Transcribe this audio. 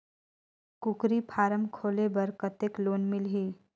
कूकरी फारम खोले बर कतेक लोन मिलही?